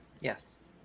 Yes